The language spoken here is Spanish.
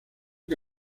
que